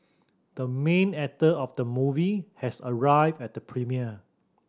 the main actor of the movie has arrived at the premiere